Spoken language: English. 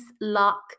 luck